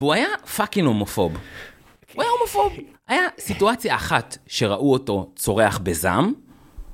והוא היה פאקינג הומופוב הוא היה הומופוב היה סיטואציה אחת שראו אותו צורח בזעם